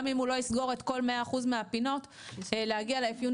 גם אם הוא לא יסגור את כל 100% מהפינות אז להגיע לאפיון